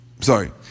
sorry